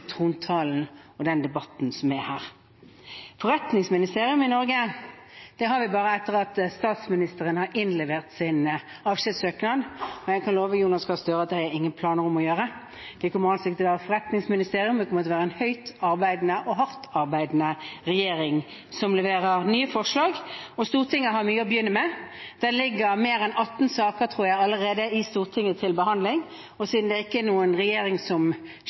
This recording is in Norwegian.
trontalen og den debatten som er her. Forretningsministerium i Norge har vi bare etter at statsministeren har innlevert sin avskjedssøknad, og jeg kan love Jonas Gahr Støre at det har jeg ingen planer om å gjøre. Vi kommer altså ikke til å være et forretningsministerium, vi kommer til å være en svært arbeidende og hardt arbeidende regjering som leverer nye forslag, og Stortinget har mye å begynne med. Det ligger allerede mer enn 18 saker, tror jeg, til behandling i Stortinget, og siden det ikke er noen regjering som